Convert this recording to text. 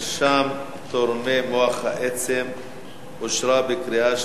מרשם תורמי מוח עצם אושרה בקריאה שלישית,